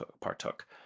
partook